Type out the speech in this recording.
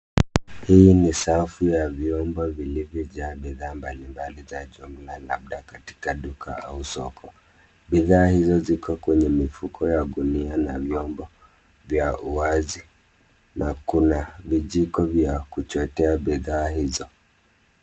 Hii ni safu ya vyombo vilivyojaa bidhaa mbalimbali vya jumla labda katika duka au soko. Bidhaa hizi ziko kwenye mifuko wa gunia na vyombo vya uwazi na kuna vijiko vya kuchotea bidhaa hizo.